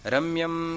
Ramyam